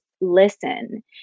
listen